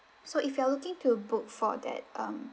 so if you are looking to book for that um